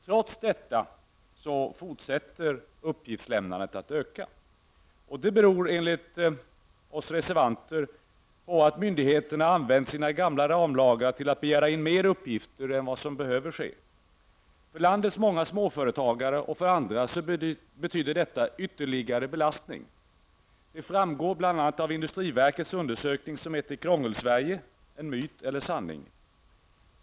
Trots detta fortsätter uppgiftslämnandet att öka. Detta beror enligt oss reservanter på att myndigheterna har använt ramlagarna till att begära in mer uppgifter än vad de behöver. För landets många småföretagare och andra betyder detta ytterligare en belastning. Detta framgår bl.a. av industriverkets undersökning som heter Krångelsverige, en myt eller sanning.